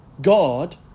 God